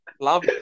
Love